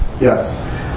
yes